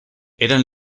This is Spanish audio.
eran